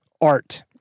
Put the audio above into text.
Art